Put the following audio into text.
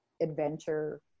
adventure